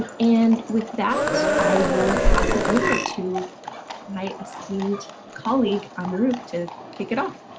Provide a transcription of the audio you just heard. and and with that, i will pass it over to my esteemed colleague emmerich to kick it off.